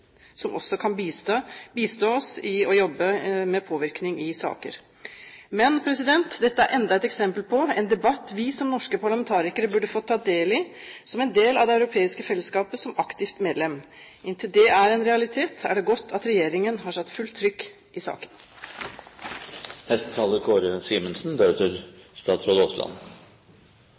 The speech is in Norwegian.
som også kan bistå oss med påvirkning i saker. Dette er enda et eksempel på en debatt vi som norske parlamentarikere burde ha fått ta del i som en del av det europeiske fellesskapet – som aktivt medlem. Inntil det er en realitet, er det godt at regjeringen har satt fullt trykk i saken.